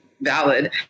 valid